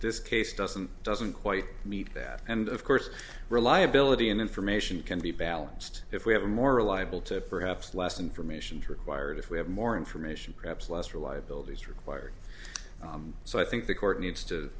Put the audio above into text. this case doesn't doesn't quite meet that and of course reliability in information can be balanced if we have a more reliable to perhaps less information required if we have more information perhaps less reliability is required so i think the court needs to